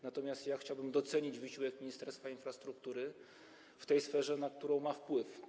Natomiast chciałbym docenić wysiłek Ministerstwa Infrastruktury w tej sferze, na którą ma wpływ.